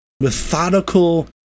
methodical